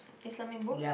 Islamic books